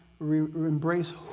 embrace